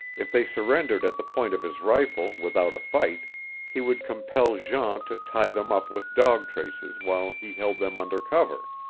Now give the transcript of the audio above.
if they surrendered at the point of his rifle without a fight he would compel jean to tie them up with dog-traces while he held them under cover.